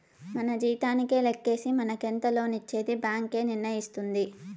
మన జీతానికే లెక్కేసి మనకెంత లోన్ ఇచ్చేది బ్యాంక్ ఏ నిర్ణయిస్తుంది